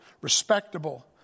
respectable